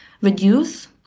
reduce